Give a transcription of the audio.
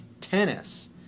tennis